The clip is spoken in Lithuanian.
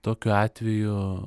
tokiu atveju